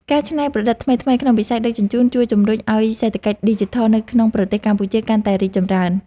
ការច្នៃប្រឌិតថ្មីៗក្នុងវិស័យដឹកជញ្ជូនជួយជម្រុញឱ្យសេដ្ឋកិច្ចឌីជីថលនៅក្នុងប្រទេសកម្ពុជាកាន់តែរីកចម្រើន។